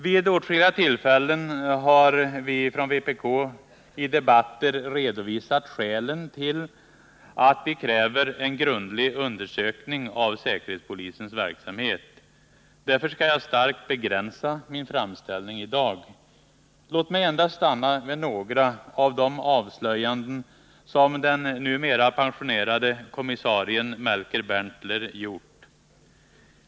Vid åtskilliga tillfällen har vi från vpk i debatter redovisat skälen till att vi kräver en grundlig undersökning av säkerhetspolisens verksamhet. Därför skall jag starkt begränsa min framställning i dag. Låt mig endast stanna vid några av de avslöjanden som den numera pensionerade kommissarien Melker Berntler gjort.